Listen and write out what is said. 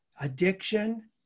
addiction